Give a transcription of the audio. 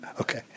Okay